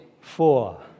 Four